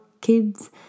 kids